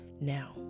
now